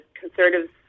conservatives